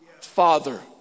Father